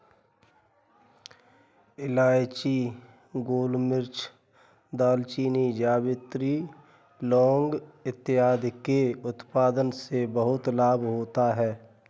इलायची, गोलमिर्च, दालचीनी, जावित्री, लौंग इत्यादि के उत्पादन से बहुत लाभ होता है